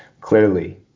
clearly